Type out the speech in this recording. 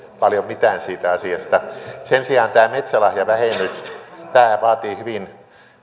paljon mitään siitä asiasta sen sijaan tämä metsälahjavähennys vaatii hyvin